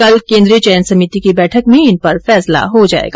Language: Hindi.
कल केन्द्रीय चयन समिति की बैठक में इन पर फैसला हो जाएगा